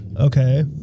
Okay